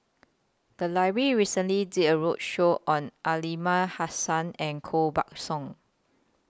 The Library recently did A roadshow on Aliman Hassan and Koh Buck Song